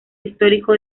histórico